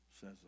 says